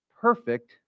perfect